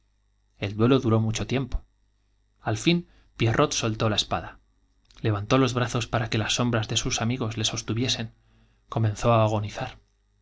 el duelo duró mucho tiempo al fin pierrot soltó la espada levantó los brazos para que las sombras de sus amigos le sostuviesen comenzó á agonizarv